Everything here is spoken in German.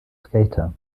skater